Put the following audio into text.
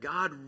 God